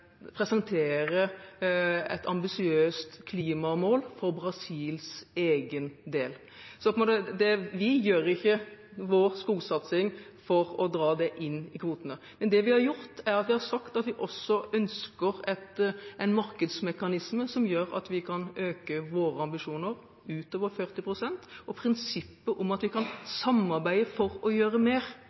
presentere et ambisiøst klimamål for Brasils egen del. Så vi gjør ikke vår skogsatsing for å dra det inn i kvotene. Det vi har gjort, er at vi har sagt at vi også ønsker en markedsmekanisme som gjør at vi kan øke våre ambisjoner utover 40 pst. Prinsippet om at vi kan samarbeide for å gjøre mer,